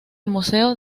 museo